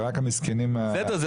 זה רק המסכנים --- בסדר,